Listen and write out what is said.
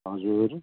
हजुर